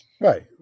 Right